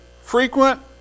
frequent